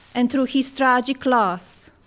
and through his tragic loss,